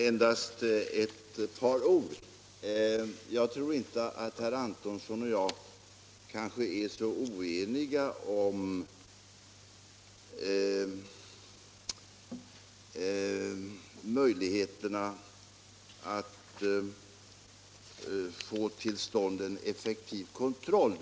Fru talman! Endast några ord! Jag tror inte att herr Antonsson och jag är så oeniga i fråga om möjligheterna att få till stånd en effektiv kontroll.